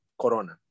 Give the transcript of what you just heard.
Corona